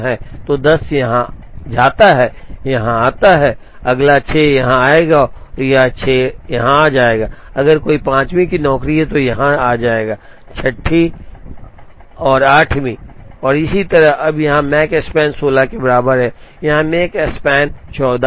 तो १० यहाँ जाता है यहाँ आता है अगला ६ यहाँ आएगा और यह ६ यहाँ आएगा अगर कोई ५ वीं नौकरी है तो यह यहाँ जाएगा ६ वीं and वीं 8 वीं और इसी तरह अब यहाँ मकस्पैन १६ के बराबर है यहाँ Makespan 14 है